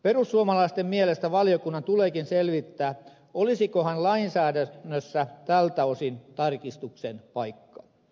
perussuomalaisten mielestä valiokunnan tuleekin selvittää olisikohan lainsäädännössä tältä osin tarkistuksen paikka